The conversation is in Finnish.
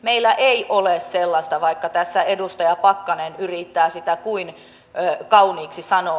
meillä ei ole sellaista vaikka tässä edustaja pakkanen yrittää sitä kuinka kauniiksi sanoa